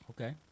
okay